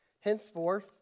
henceforth